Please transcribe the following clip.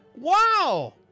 Wow